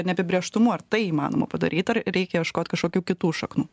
neapibrėžtumu ar tai įmanoma padaryt ar reikia ieškot kažkokių kitų šaknų